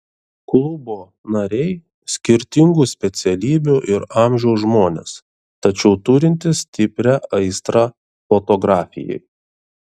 klubo nariai skirtingų specialybių ir amžiaus žmonės tačiau turintys stiprią aistrą fotografijai